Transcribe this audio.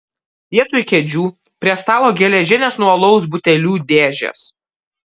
vietoj kėdžių prie stalo geležinės nuo alaus butelių dėžės